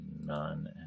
none